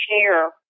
share